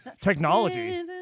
technology